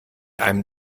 einem